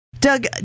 Doug